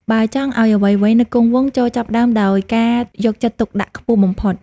បើចង់ឱ្យអ្វីៗនៅគង់វង្ស ចូរចាប់ផ្ដើមដោយការយកចិត្តទុកដាក់ខ្ពស់បំផុត។